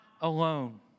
alone